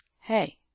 Hey